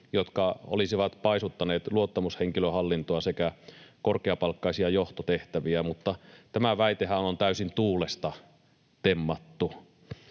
joka olisi paisuttanut luottamushenkilöhallintoa sekä korkeapalkkaisia johtotehtäviä. Mutta tämä väitehän on täysin tuulesta temmattu.